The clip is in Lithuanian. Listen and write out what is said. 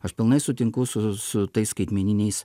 aš pilnai sutinku su su tais skaitmeniniais